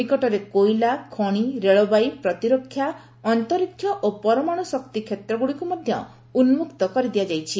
ନିକଟରେ କୋଇଲା ଖଣି ରେଳବାଇ ପ୍ରତିରକ୍ଷା ଏବଂ ଅନ୍ତରୀକ୍ଷ ଓ ପରମାଣୁ ଶକ୍ତି କ୍ଷେତ୍ରଗୁଡ଼ିକୁ ମଧ୍ୟ ଉନ୍ମକ୍ତ କରିଦିଆଯାଇଛି